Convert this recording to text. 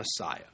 Messiah